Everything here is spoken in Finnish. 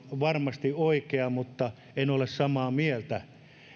varmasti oikea mutta en ole samaa mieltä